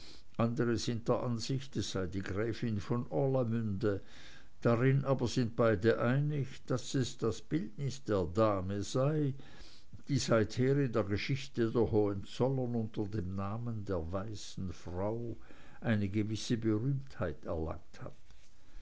sind der ansicht es sei die gräfin von orlamünde darin aber sind beide einig daß es das bildnis der dame sei die seither in der geschichte der hohenzollern unter dem namen der weißen frau eine gewisse berühmtheit erlangt hat